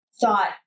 thought